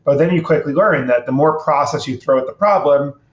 but then you quickly learn that the more process you throw at the problem,